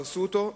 הרסו אותו,